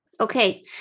Okay